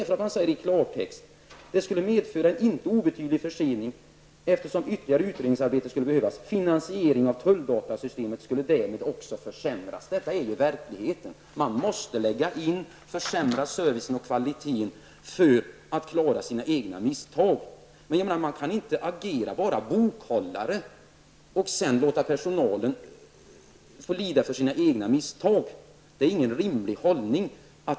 Utskottet säger i klartext att en annan organisationsstruktur ''skulle medföra en inte obetydlig försening'', eftersom ytterligare utredningsarbete skulle behövas. ''Finansieringen av tulldatasystemet skulle därmed försämras --''. Detta är verkligheten: Man måste försämra servicen och kvaliteten för att klara av sina egna misstag. Man kan inte bara agera som bokhållare och sedan låta personalen lida för sina egna misstag. Det är ingen rimlig hållning.